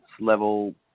level